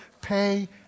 pay